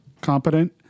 competent